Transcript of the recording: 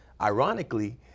Ironically